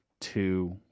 Two